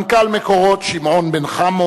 אנחנו נעבור עכשיו לציון 75 שנים לחברת "מקורות"